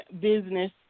business